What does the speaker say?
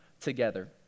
together